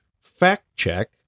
fact-check